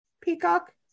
Peacock